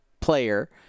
player